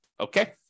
okay